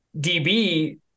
DB